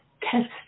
test